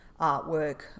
artwork